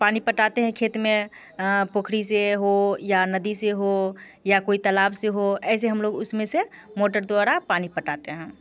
पानी पटाते हैं खेत में पोखड़ी से हो या नदी से हो या कोई तालाब से हो ऐसे हम लोग उसमें से मोटर द्वारा पानी पटाते हैं